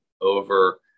over